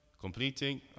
completing